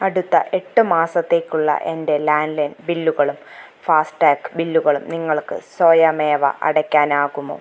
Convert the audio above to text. അടുത്ത എട്ട് മാസത്തേക്കുള്ള എൻ്റെ ലാൻഡ്ലൈൻ ബില്ലുകളും ഫാസ്ടാഗ് ബില്ലുകളും നിങ്ങൾക്ക് സ്വയമേവ അടയ്ക്കാനാകുമോ